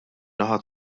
naħa